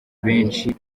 benshi